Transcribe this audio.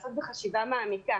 לעשות בחשיבה מעמיקה